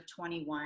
21